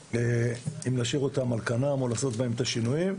אם להשאיר אותם על כנם או לעשות בהם את השינויים.